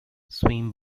swim